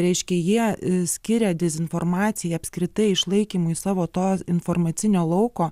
reiškia jie skiria dezinformacijai apskritai išlaikymui savo to informacinio lauko